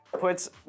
puts